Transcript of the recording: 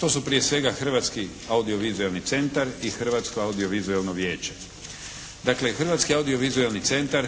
To su prije svega Hrvatski audiovizualni centar i Hrvatsko audiovizualno vijeće. Dakle, Hrvatski audiovizualni centar